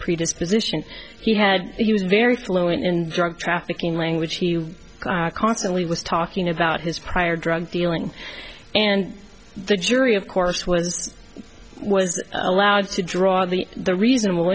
predisposition he had he was very fluent in drug trafficking language he constantly was talking about his prior drug dealing and the jury of course was was allowed to draw the the reasonable